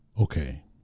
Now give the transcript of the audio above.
Okay